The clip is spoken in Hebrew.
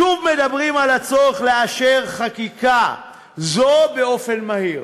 שוב מדברים על הצורך לאשר חקיקה זו באופן מהיר.